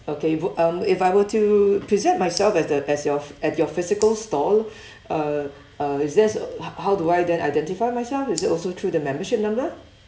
okay bo~ um if I were to present myself as the as your at your physical stall uh uh is there s~ ho~ how do I then identify myself is it also through the membership number